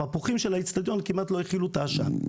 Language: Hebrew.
המפוחים של האצטדיון כמעט לא הכילו את העשן.